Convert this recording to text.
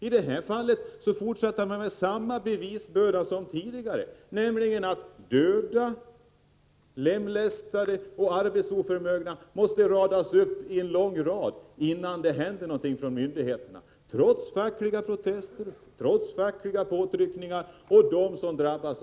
I detta fall kräver man samma bevisbörda som tidigare. Döda, lemlästade och arbetsoförmögna människor måste läggas upp i en lång rad, innan myndigheterna gör någonting, trots fackliga protester och påtryckningar från dem som drabbats.